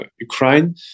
Ukraine